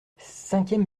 cinquième